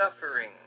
suffering